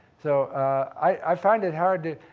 so i find it hard to,